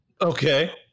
Okay